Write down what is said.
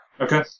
Okay